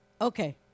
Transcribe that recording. Okay